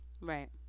Right